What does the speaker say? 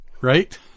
Right